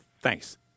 Thanks